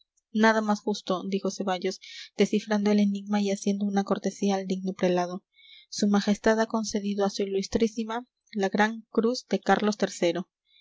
nada más justo dijo ceballos descifrando el enigma y haciendo una cortesía al digno prelado su majestad ha concedido a su ilustrísima la gran cruz de carlos